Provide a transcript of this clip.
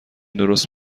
درست